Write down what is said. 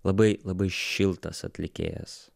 labai labai šiltas atlikėjas